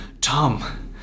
Tom